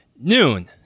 Noon